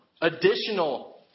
Additional